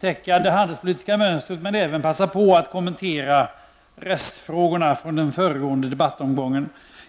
täcka det handelspolitiska mönstret, men även passa på att kommentera rättsfrågorna från den föregående debattomgången.